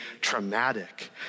traumatic